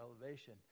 elevation